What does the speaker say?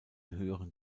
höheren